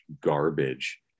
garbage